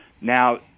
Now